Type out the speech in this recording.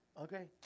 Okay